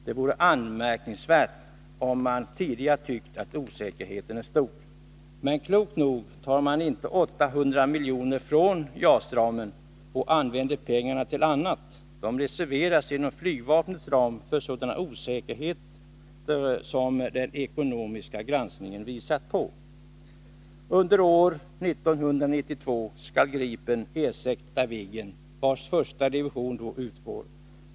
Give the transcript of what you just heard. Det är anmärkningsvärt, om man tidigare tyckt att osäkerheten är stor. Men klokt nog tar man inte 800 milj.kr. från JAS-ramen och använder dem till annat. Pengarna reserveras inom flygvapnets ram för sådana osäkerheter som den ekonomiska granskningen visat på. Under 1992 skall Gripen ersätta Viggen, vars första division då utgår.